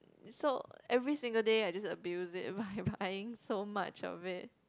is so every single day I just abuse it by buying so much of it